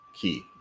key